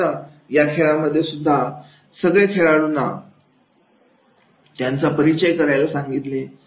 तर आता या खेळामध्येसुद्धा सगळ्या खेळूना त्यांचा परिचय करायला सांगितले